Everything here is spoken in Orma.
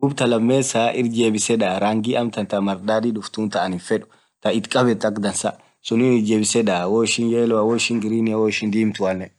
dhub talamessa irrijebisee dhaa rangii amtan thaa mardhadhi dhufthun thaa anin fedh thaa ithi khabethu akaa dhansaa sunnin irijebise woishin yellow woishin green woishin dhimthuanen